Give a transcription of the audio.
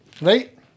right